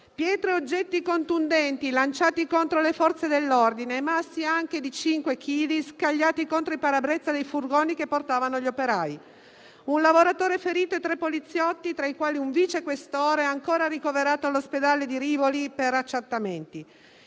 Pietre e oggetti contundenti sono stati lanciati contro le Forze dell'ordine e massi anche di cinque chili sono stati scagliati contro il parabrezza dei furgoni che portavano gli operai. Sono stati feriti un lavoratore e tre poliziotti, tra i quali un vicequestore ancora ricoverato all'ospedale di Rivoli per accertamenti.